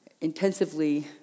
intensively